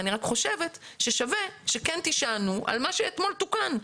אני רק חושבת ששווה שכן תישענו על מה שאתמול תוקן,